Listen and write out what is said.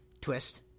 twist